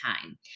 time